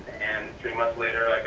and three months later, like